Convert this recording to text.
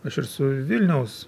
aš ir su vilniaus